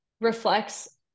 reflects